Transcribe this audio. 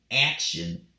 action